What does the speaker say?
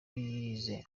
yize